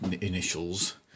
initials